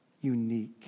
unique